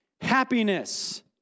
happiness